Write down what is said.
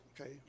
okay